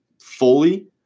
fully